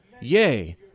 yea